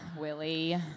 Willie